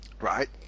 Right